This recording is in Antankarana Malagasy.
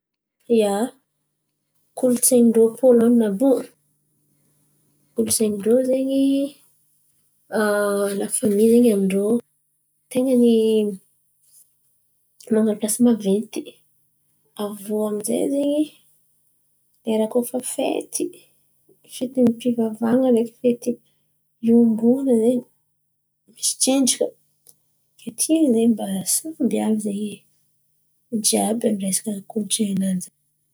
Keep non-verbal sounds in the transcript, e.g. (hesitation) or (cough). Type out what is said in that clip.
Ia, kolontsain̈y ndrô Pôlôn̈a àby io, kolontsain̈y ndrô zen̈y (hesitation) lafamy zen̈y amindrô ten̈a ny amian̈a pilasy maventy. Avô zay zen̈y, lera koa fa fety fety mpiavavahan̈a, ndreky fety hiombonana zen̈y olo jiàby amiresaka kolontsain̈y zen̈y.